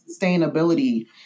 sustainability